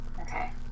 Okay